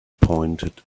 pointed